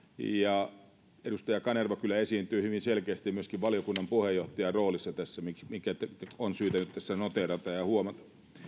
ja edustaja kanerva kyllä esiintyi hyvin selkeästi myöskin valiokunnan puheenjohtajan roolissa tässä mikä mikä on syytä nyt tässä noteerata ja huomata